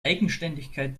eigenständigkeit